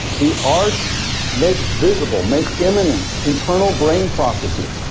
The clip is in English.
the arts make visible, make imminent internal brain processes,